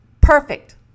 perfect